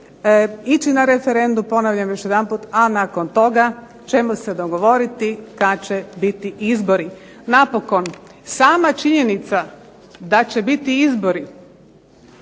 ići na referendum. Ponavljam još jedanput, a nakon toga ćemo se dogovoriti kad će biti izbori. Napokon, sama činjenica da će biti izbori